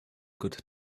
good